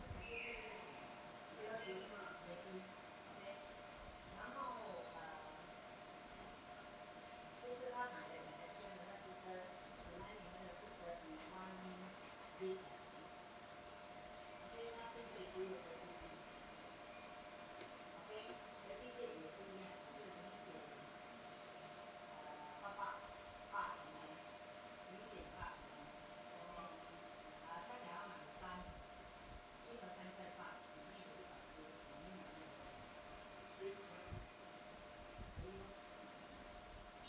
I think I would